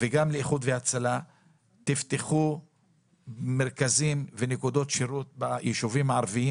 וגם לאיחוד הצלה - תפתחו מרכזים ונקודות שירות ביישובים הערביים.